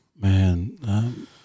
man